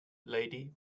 lady